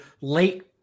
late –